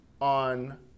on